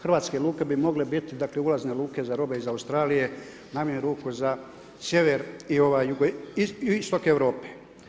Hrvatske luke bi mogle biti, dakle, ulazne luke za robe iz Australije, najmanju ruku za sjever i jugoistok Europe.